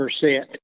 percent